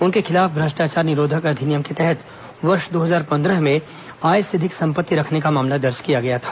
उनके खिलाफ भ्रष्टाचार निरोधक अधिनियम के तहत वर्ष दो हजार पंद्रह में आय से अधिक संपत्ति रखने का मामला दर्ज किया गया था